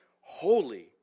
holy